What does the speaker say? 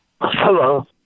Hello